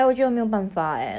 等你的 wish